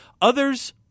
Others